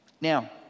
Now